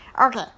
Okay